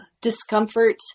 discomfort